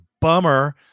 bummer